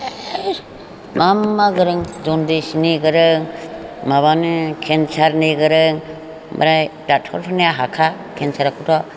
मा मा गोरों जनदिसनिबो गोरों माबानि केन्सारनि गोरों ओमफ्राय ड'क्टरफोरनि हाखाया केन्साराखौथ'